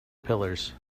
pillars